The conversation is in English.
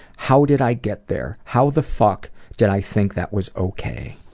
how did i get there? how the fuck did i think that was okay?